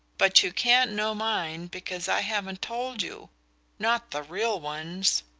but you can't know mine because i haven't told you not the real ones.